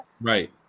Right